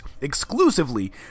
exclusively